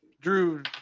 Drew